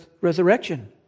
resurrection